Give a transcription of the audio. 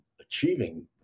achieving